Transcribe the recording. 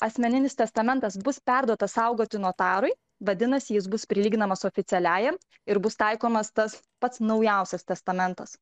asmeninis testamentas bus perduotas saugoti notarui vadinasi jis bus prilyginamas oficialiajam ir bus taikomas tas pats naujausias testamentas